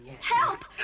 Help